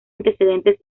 antecedentes